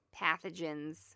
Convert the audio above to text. pathogens